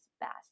best